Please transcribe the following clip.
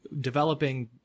developing